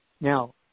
Now